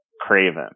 Craven